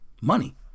money